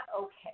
okay